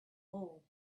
all